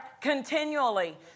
continually